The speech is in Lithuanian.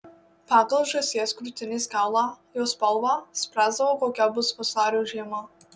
pagal žąsies krūtinės kaulą jo spalvą spręsdavo kokia bus vasario žiema